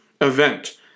event